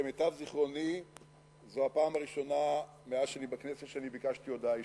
ולמיטב זיכרוני זו הפעם הראשונה מאז אני בכנסת שביקשתי הודעה אישית,